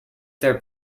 their